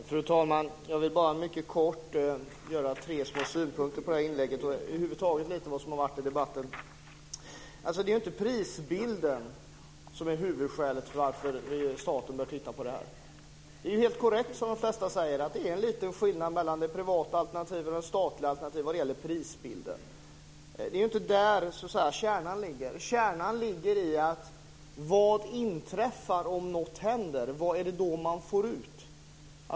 Fru talman! Jag vill bara mycket kort komma med tre små synpunkter på det här inlägget och över huvud taget lite grann beröra vad som har sagts i debatten. Det är inte prisbilden som är huvudskälet till att staten bör titta på det här. Det är helt korrekt som de flesta säger, att det är en liten skillnad mellan de privata alternativen och det statliga när det gäller prisbilden. Det är inte där kärnan ligger. Den ligger i frågan: Vad inträffar om något händer? Vad är det då man får ut?